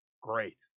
Great